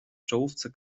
czołówce